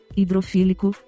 hidrofílico